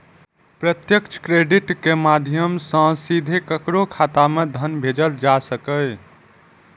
प्रत्यक्ष क्रेडिट के माध्यम सं सीधे केकरो खाता मे धन भेजल जा सकैए